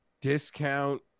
Discount